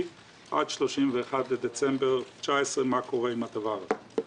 - עד 31 בדצמבר 2019 לגבי מה שקורה עם הדבר הזה.